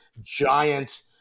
giant